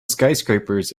skyscrapers